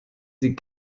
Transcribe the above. sie